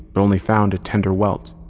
but only found a tender welt.